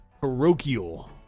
parochial